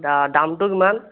দামটো কিমান